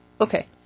okay